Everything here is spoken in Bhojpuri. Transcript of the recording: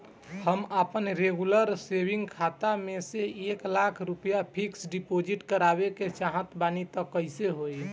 हम आपन रेगुलर सेविंग खाता से एक लाख रुपया फिक्स डिपॉज़िट करवावे के चाहत बानी त कैसे होई?